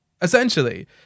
essentially